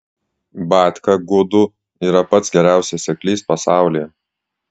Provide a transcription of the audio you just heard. batka gudų yra pats geriausias seklys pasaulyje